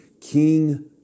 King